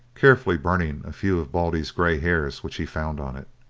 carefully burning a few of baldy's grey hairs which he found on it.